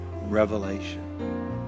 Revelation